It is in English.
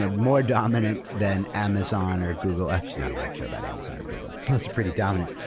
ah more dominant than amazon or google. actually, i'm not sure about amazon or google. those are pretty dominant.